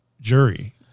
jury